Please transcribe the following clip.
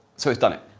so it's done it.